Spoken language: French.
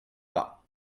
bas